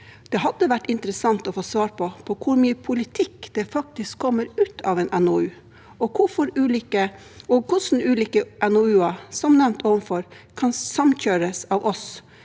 Det hadde vært interessant å få svar på hvor mye politikk det faktisk kommer ut av en NOU, og hvordan ulike NOU-er – som nevnt ovenfor – kan samkjøres for